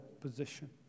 position